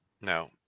No